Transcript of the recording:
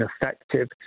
effective